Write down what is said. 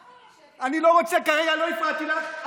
למה, אני לא הפרעתי לך.